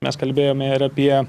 mes kalbėjome ir apie